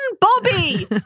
Bobby